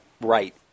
right